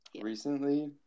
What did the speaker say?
recently